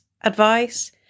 advice